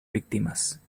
víctimas